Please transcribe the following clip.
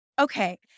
okay